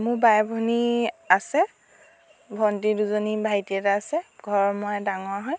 মোৰ বাই ভনী আছে ভণ্টী দুজনী ভাইটি এটা আছে ঘৰৰ মইয়ে ডাঙৰ হয়